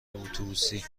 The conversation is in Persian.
اتوبوسی